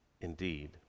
indeed